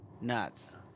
Nuts